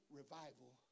revival